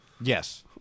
yes